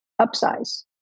upsize